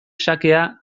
xakea